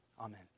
Amen